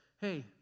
hey